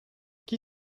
qui